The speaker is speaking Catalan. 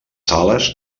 sales